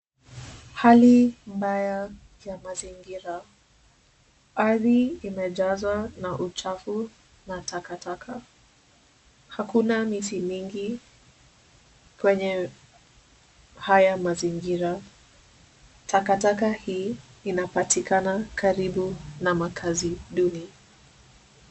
Hali mbaya ya mazingira. Ardhi imejazwa na uchafu na takataka. Hakuna miti mingi kwenye haya mazingira. Takataka hii inapatikana karibu na makaazi duni.